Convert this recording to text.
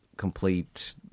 complete